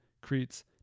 creates